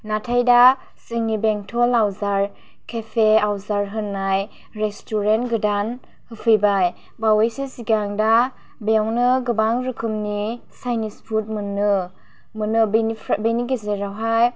नाथाय दा जोंनि बेंथल आवजार केफे आवजार होन्नाय रेस्ट'रेन्ट गोदान फैबाय बावयैसो सिगां दा बेयावनो गोबां रोखोमनि चायनिस फुद मोनो मोनो बेनिफ्राय बिनि गेजेरावहाय